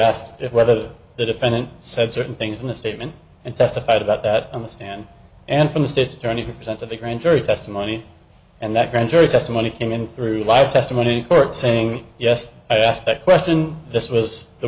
asked whether the defendant said certain things in a statement and testified about that on the stand and from the state's attorney present to the grand jury testimony and that grand jury testimony came in through live testimony in court saying yes i asked that question this was the